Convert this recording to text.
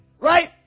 right